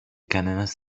κανένας